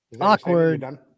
awkward